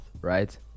right